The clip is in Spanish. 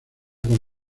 con